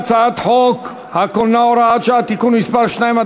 חוק הקולנוע (הוראת שעה) (תיקון מס' 2),